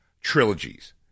trilogies